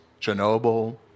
Chernobyl